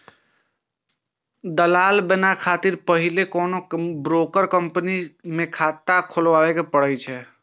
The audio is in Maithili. दलाल बनै खातिर पहिने कोनो ब्रोकर कंपनी मे खाता खोलबय पड़ै छै